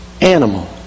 animal